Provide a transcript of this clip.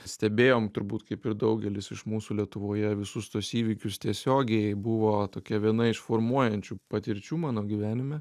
stebėjom turbūt kaip ir daugelis iš mūsų lietuvoje visus tuos įvykius tiesiogiai buvo tokia viena iš formuojančių patirčių mano gyvenime